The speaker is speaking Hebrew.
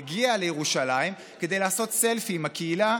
הוא הגיע לירושלים כדי לעשות סלפי עם הקהילה,